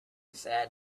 sat